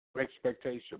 expectation